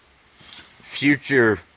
future